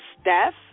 Steph